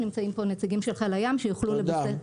נמצאים פה נציגים של חיל הים שיכולו לבסס --- תודה.